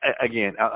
Again